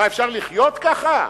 מה, אפשר לחיות ככה?